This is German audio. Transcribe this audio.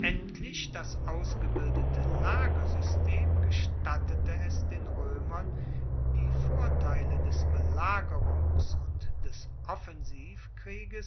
endlich das ausgebildete lagersystem gestattete es den roemern die vorteile des belagerungs und des offensivkrieges